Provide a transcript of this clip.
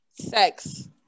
Sex